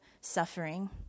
suffering